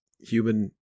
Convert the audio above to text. human